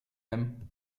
même